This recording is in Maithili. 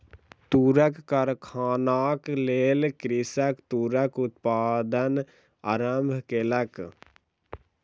तूरक कारखानाक लेल कृषक तूरक उत्पादन आरम्भ केलक